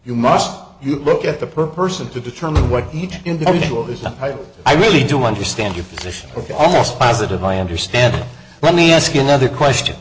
you must you look at the person to determine what each individual does not i really do understand your position of almost positive i understand let me ask you another question